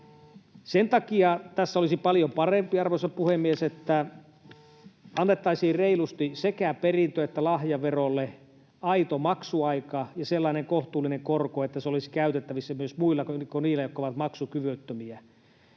Sen takia tässä olisi paljon parempi, arvoisa puhemies, että annettaisiin reilusti sekä perintö- että lahjaverolle aito maksuaika ja sellainen kohtuullinen korko, että se olisi käytettävissä myös muilla kuin niillä, jotka ovat maksukyvyttömiä.